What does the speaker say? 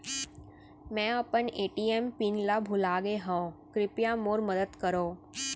मै अपन ATM PIN ला भूलागे हव, कृपया मोर मदद करव